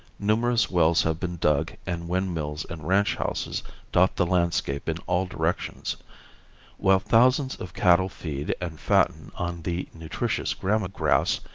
numerous wells have been dug and windmills and ranch houses dot the landscape in all directions while thousands of cattle feed and fatten on the nutritious gramma grass.